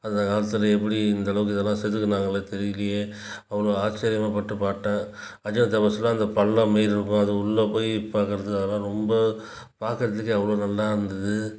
அந்த காலத்துல எப்படி இந்தளவுக்கு இதெல்லாம் செதுக்குனாங்களே தெரியலியே அவ்வளோ ஆச்சிரியமாப்பட்டு பாட்டேன் அர்ஜுனன் தபசுலாம் அந்த பள்ளம் மாரி இருக்கும் அது உள்ளே போய் பார்க்கறது அதெலாம் ரொம்ப பார்க்கறதுக்கே அவ்வளோ நல்லாருந்துது